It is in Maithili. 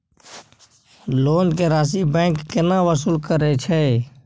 लोन के राशि बैंक केना वसूल करे छै?